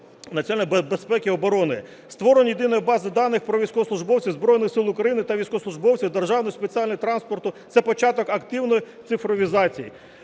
національної безпеки і оборони. Створення єдиної бази даних про військовослужбовців Збройних Сил України та військовослужбовців державного і спеціального транспорту – це початок активної цифровізації.